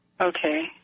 Okay